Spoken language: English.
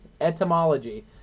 Etymology